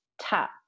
tap